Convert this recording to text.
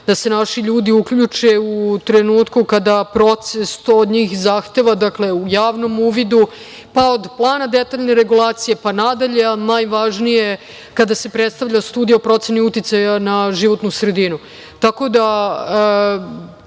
da se naši ljudi uključe u trenutku kada proces to od njih zahteva, dakle, u javnom uvidu, pa od plana detaljne regulacije pa nadalje, a najvažnije kada se predstavlja studija o proceni uticaja na životnu sredinu. Tako